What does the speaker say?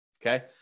Okay